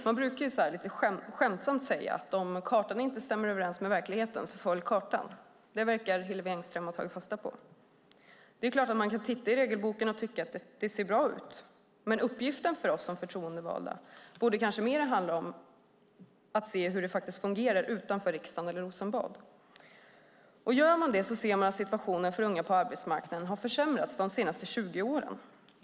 Man brukar lite skämtsamt säga att om kartan inte stämmer överens med verkligheten, följ kartan. Det verkar Hillevi Engström ha tagit fasta på. Det är klart att man kan titta i regelboken och tycka att det ser bra ut, men uppgiften för oss som förtroendevalda borde kanske mer handla om att se hur det faktiskt fungerar utanför riksdagen eller Rosenbad. Gör man det ser man att situationen för unga på arbetsmarknaden har försämrats de senaste 20 åren.